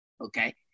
Okay